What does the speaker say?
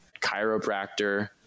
chiropractor